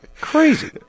crazy